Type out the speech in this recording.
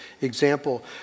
example